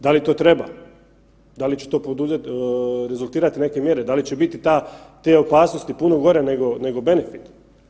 Da li to treba, da li će to rezultirati neke mjere, da li će biti te opasnosti puno gore nego benefit?